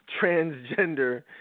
transgender